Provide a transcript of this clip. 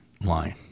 line